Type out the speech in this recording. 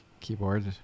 keyboard